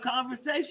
conversation